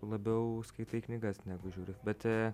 labiau skaitai knygas negu žiūri bet